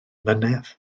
mlynedd